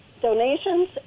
donations